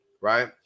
right